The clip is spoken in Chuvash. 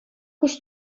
куҫ